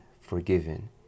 forgiven